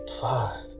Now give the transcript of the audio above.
Fuck